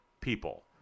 people